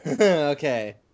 okay